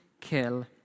kill